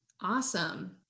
Awesome